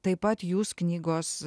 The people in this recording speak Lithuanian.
taip pat jūs knygos